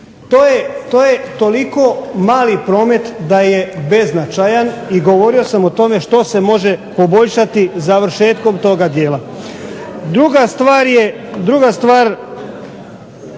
To je toliko mali promet da je beznačajan i govorio sam o tome što se može poboljšati završetkom toga dijela. Druga stvar,